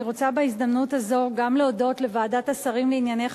אני רוצה בהזדמנות הזאת גם להודות לוועדת השרים לענייני חקיקה,